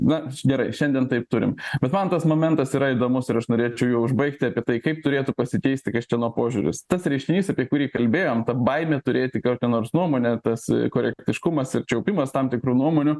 na gerai šiandien taip turim bet man tas momentas yra įdomus ir aš norėčiau juo užbaigti apie tai kaip turėtų pasikeisti kažkieno požiūris tas reiškinys apie kurį kalbėjom ta baimė turėti kokią nors nuomonę tas korektiškumas apčiuopimas tam tikrų nuomonių